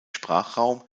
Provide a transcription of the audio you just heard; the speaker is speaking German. sprachraum